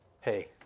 hey